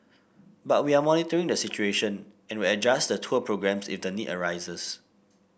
but we are monitoring the situation and will adjust the tour programmes if the need arises